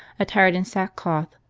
attired in sack cloth,